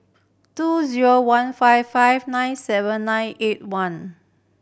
two zero one five five nine seven nine eight one